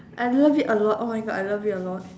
I love it a lot oh my god I love it a lot